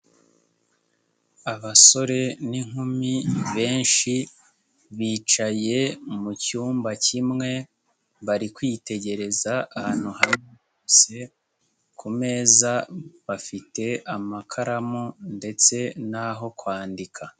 Abasore n'inkumi benshi bicaye mu cyumba kimwe, bari kwitegereza ahantu hamwe bose, ku meza bafite amakaramu ndetse n'aho kwandika.